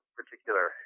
particular